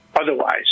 otherwise